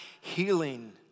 healing